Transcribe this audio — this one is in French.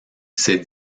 ces